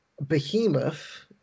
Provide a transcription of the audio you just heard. behemoth